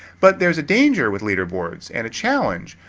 but there's a danger with leaderboards and a challenge,